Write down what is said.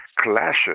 clashes